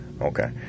Okay